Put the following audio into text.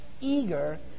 eager